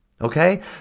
Okay